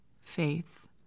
faith